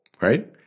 right